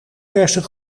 verse